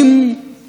שרים אחרים,